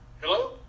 Hello